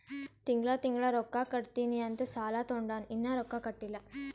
ತಿಂಗಳಾ ತಿಂಗಳಾ ರೊಕ್ಕಾ ಕಟ್ಟತ್ತಿನಿ ಅಂತ್ ಸಾಲಾ ತೊಂಡಾನ, ಇನ್ನಾ ರೊಕ್ಕಾ ಕಟ್ಟಿಲ್ಲಾ